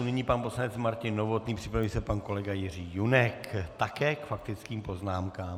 Nyní pan poslanec Martin Novotný, připraví se pan kolega Jiří Junek, také k faktickým poznámkám.